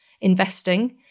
investing